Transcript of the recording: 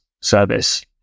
service